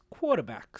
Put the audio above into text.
quarterbacks